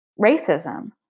racism